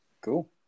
Cool